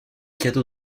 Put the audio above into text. cadeau